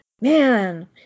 Man